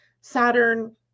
Saturn